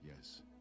Yes